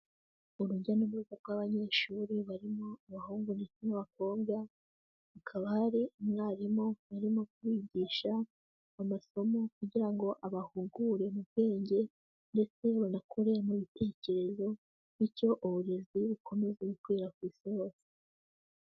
Urujya n'uruza rw'abanyeshuri barimo abahungu ndetse n'abakobwa, hakaba hari umwarimu urimo kubigisha amasomo kugira ngo abahugure mu bwenge ndetse banakure mu bitekerezo bityo uburezi bukomeza gukwira ku isi hose.